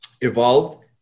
evolved